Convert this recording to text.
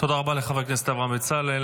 תודה רבה לחבר הכנסת אברהם בצלאל.